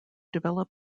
develop